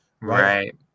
right